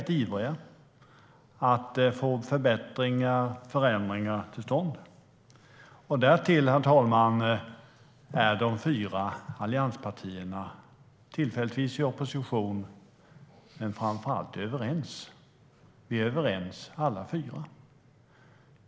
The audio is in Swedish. Vi är ivriga att få förbättringar och förändringar till stånd. Därtill är de fyra allianspartierna tillfälligtvis i opposition, men framför allt är vi överens. Vi är överens alla fyra.